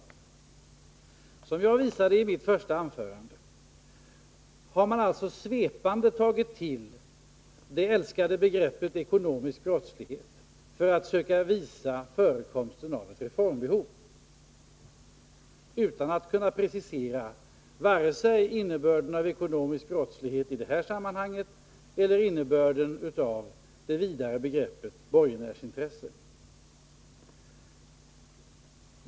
Som jag visade i mitt första anförande har man alltså svepande tagit till det älskade begreppet ekonomisk brottslighet för att söka visa förekomsten av ett reformbehov, utan att kunna precisera vare sig innebörden av ekonomisk brottslighet i det här sammanhanget eller innebörden av det vidare begreppet borgenärsintresse.